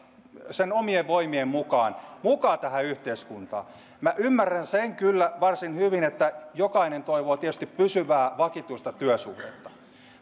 omien voimien mukaan mukaan tähän yhteiskuntaan minä ymmärrän sen kyllä varsin hyvin että jokainen toivoo tietysti pysyvää vakituista työsuhdetta